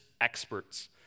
experts